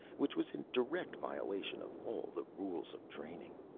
which was in direct violation of all the rules of training.